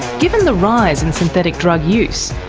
given the rise in synthetic drug use,